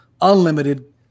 unlimited